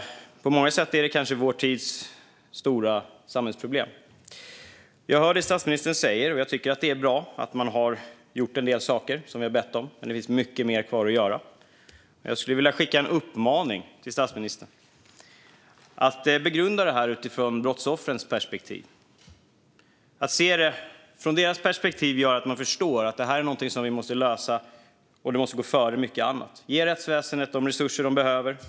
På många sätt är detta vår tids stora samhällsproblem. Jag hör det statsministern säger, och jag tycker att det är bra att regeringen har gjort en del saker som vi har bett om, men det finns mycket mer kvar att göra. Jag skulle vilja skicka en uppmaning till statsministern att begrunda detta utifrån brottsoffrens perspektiv. Att se detta från deras perspektiv gör att man förstår att det här är något som måste lösas före mycket annat. Ge rättsväsendet de resurser det behöver.